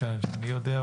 כמה שאני יודע,